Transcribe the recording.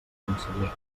conseller